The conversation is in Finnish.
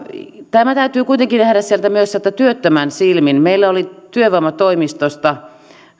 tämä täytyy kuitenkin nähdä myös sieltä työttömän silmin meillä oli työvoimatoimistosta